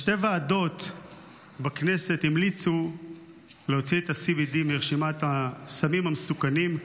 שתי ועדות בכנסת המליצו להוציא את ה-CBD מרשימת הסמים המסוכנים,